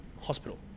Hospital